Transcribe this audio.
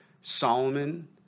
Solomon